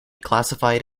classified